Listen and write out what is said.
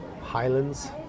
Highlands